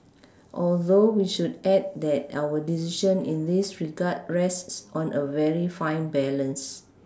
although we should add that our decision in this regard rests on a very fine balance